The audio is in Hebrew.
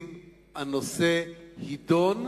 לכלול את הנושא בסדר-היום של הכנסת נתקבלה.